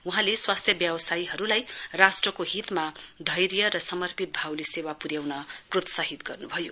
वहाँले स्वास्थ्य व्यवसायीहरूलाई राष्ट्रको हितमा धैर्य र समर्पित भावले सेवा पुन्याउन प्रोत्साहित गर्नु भयो